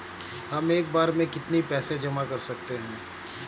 हम एक बार में कितनी पैसे जमा कर सकते हैं?